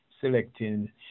selecting